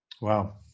Wow